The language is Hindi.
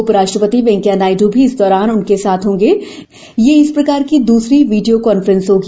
उप राष्ट्रपति वेंकैया नायड़ भी इस दौरान उनके साथ होंगे यह इस प्रकार की दुसरी वीडियो कांफ्रेंस होगी